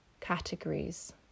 categories